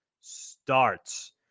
starts